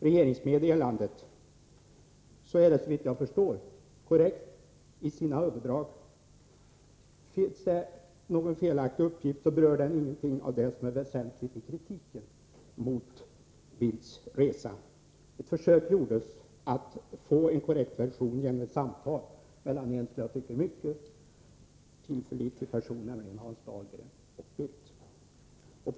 Regeringsmeddelandet är såvitt jag förstår korrekt i sina huvuddrag. Finns det någon felaktig uppgift, så berör den ingenting av det som är väsentligt i kritiken mot Bildts resa. Ett försök gjordes att få en korrekt version genom ett samtal mellan en som jag tycker mycket tillförlitlig person, nämligen Hans Dahlgren, och Bildt.